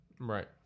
right